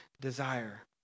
desire